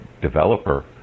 developer